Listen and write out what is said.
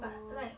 oh